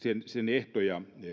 ehtoja